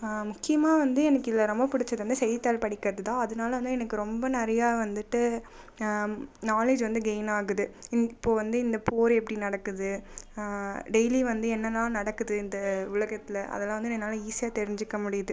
முக்கியமாக வந்து எனக்கு இதில் ரொம்ப பிடுச்சது வந்து செய்தித்தாள் படிக்கிறதுதான் அதனால் வந்து எனக்கு ரொம்ப நிறைய வந்துட்டு நாலேட்ஜ் வந்து கெய்ன் ஆகுது இந் இப்போது வந்து இந்த போர் எப்படி நடக்குது டெய்லி வந்து என்னலாம் நடக்குது இந்த உலகத்திலே அதெல்லாம் வந்து என்னால் ஈஸியாக தெரிஞ்சுக்க முடியுது